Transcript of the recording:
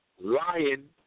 lion